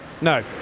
No